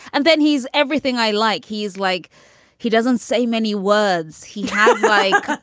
and then he's everything i like. he's like he doesn't say many words. he like,